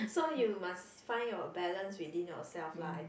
so you must find your balance within yourself lah I think